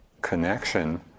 connection